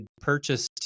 purchased